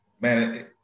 Man